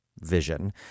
vision